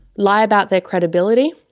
lie about their credibility,